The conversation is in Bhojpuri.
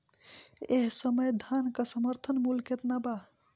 एह समय धान क समर्थन मूल्य केतना बा?